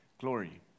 glory